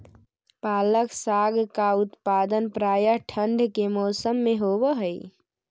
पालक साग का उत्पादन प्रायः ठंड के मौसम में होव हई